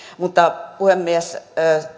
puhemies